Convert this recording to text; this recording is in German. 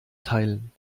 teilen